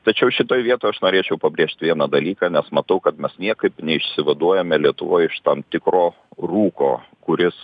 tačiau šitoj vietoj aš norėčiau pabrėžti vieną dalyką mes matau kad mes niekaip neišsivaduojame lietuvoj iš tam tikro rūko kuris